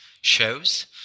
shows